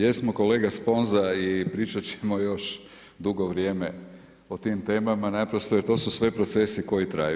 Jesmo kolega Sponza i pričat ćemo još dugo vrijeme o tim temama naprosto jer to su sve procesi koji traju.